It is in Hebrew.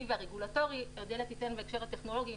והרגולטורי ואודליה תיתן בהקשר הטכנולוגי.